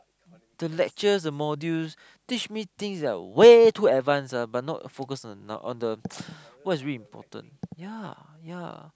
the lectures the modules teach me things that are way too advance ah but not focus on now on the what's really important yeah yeah